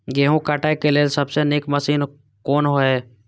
गेहूँ काटय के लेल सबसे नीक मशीन कोन हय?